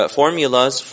formulas